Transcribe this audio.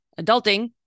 adulting